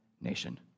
nation